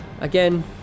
again